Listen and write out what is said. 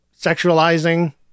sexualizing